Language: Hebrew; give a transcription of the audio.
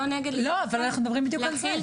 לא, אבל אנחנו מדברים בדיוק על זה.